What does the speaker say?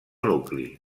nucli